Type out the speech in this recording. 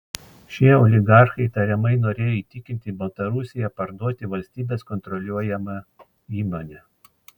šie oligarchai tariamai norėjo įtikinti baltarusiją parduoti valstybės kontroliuojamą įmonę